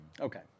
Okay